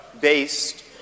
based